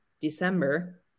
December